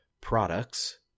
products